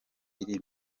iri